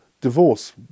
divorce